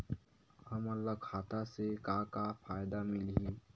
हमन ला खाता से का का फ़ायदा मिलही?